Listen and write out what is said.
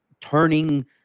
turning